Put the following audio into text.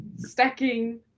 stacking